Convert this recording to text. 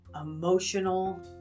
emotional